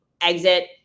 exit